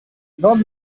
non